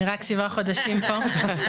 אני רק שבעה חודשים פה.